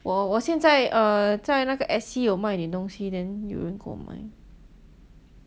我我现在 err 在那个 Etsy 有卖一点东西 then 有人跟我买